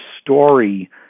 story